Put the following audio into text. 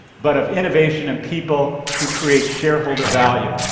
but of innovation and people who create shareholder value.